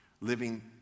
living